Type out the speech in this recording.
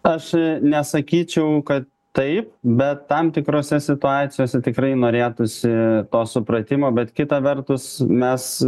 aš nesakyčiau kad taip bet tam tikrose situacijose tikrai norėtųsi to supratimo bet kita vertus mes